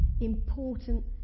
important